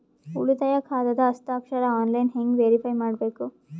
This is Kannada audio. ಉಳಿತಾಯ ಖಾತಾದ ಹಸ್ತಾಕ್ಷರ ಆನ್ಲೈನ್ ಹೆಂಗ್ ವೇರಿಫೈ ಮಾಡಬೇಕು?